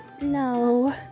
no